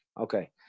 Okay